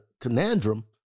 conundrum